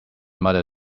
mother